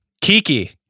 Kiki